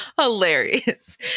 hilarious